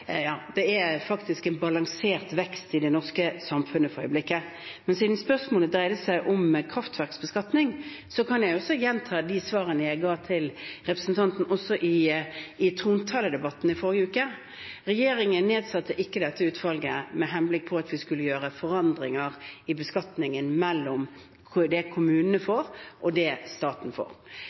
en balansert vekst i det norske samfunnet for øyeblikket. Men siden spørsmålet dreide seg om kraftverksbeskatning, kan jeg gjenta de svarene jeg ga til representanten i trontaledebatten i forrige uke. Regjeringen nedsatte ikke dette utvalget med henblikk på at vi skulle gjøre forandringer i beskatningen mellom det kommunene får, og det staten får.